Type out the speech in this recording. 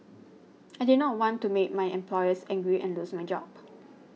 I did not want to make my employers angry and lose my job